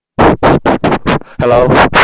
Hello